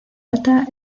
alta